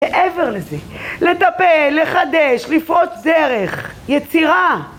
מעבר לזה, לטפל, לחדש, לפרוץ דרך, יצירה